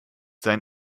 sein